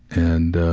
and ah,